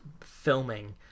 filming